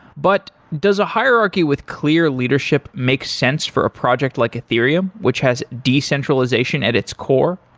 but does a hierarchy with clear leadership makes sense for a project like ethereum, which has decentralization at its core?